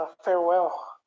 farewell